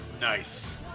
Nice